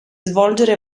svolgere